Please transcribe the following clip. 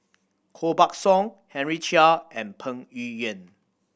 Koh Buck Song Henry Chia and Peng Yuyun